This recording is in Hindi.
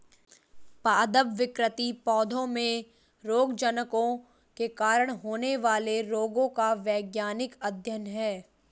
पादप विकृति पौधों में रोगजनकों के कारण होने वाले रोगों का वैज्ञानिक अध्ययन है